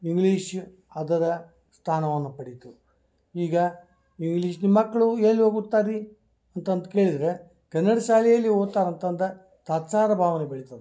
English ಅದರ ಸ್ಥಾನವನ್ನ ಪಡೀತು ಈಗ ಇಂಗ್ಲೀಷ್ ನಿಮ್ಮ ಮಕ್ಕಳು ಎಲ್ಲ ಹೋಗುತ್ತಾರಿ ಅಂತಂತ ಕೇಳಿದರೆ ಕನ್ನಡ ಶಾಲೆಯಲ್ಲಿ ಓದ್ತಾರಂತ ತಾತ್ಸಾರ ಭಾವನೆ ಬೆಳಿತದೆ